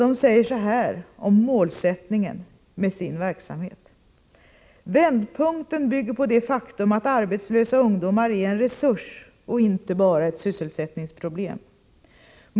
Man säger så här om målsättningen för Vändpunktens verksamhet: ”Vändpunkten bygger på det faktum att arbetslösa ungdomar är en resurs och inte bara ett sysselsättningsproblem.